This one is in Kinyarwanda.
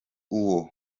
uwo